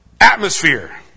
atmosphere